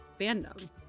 fandom